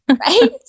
Right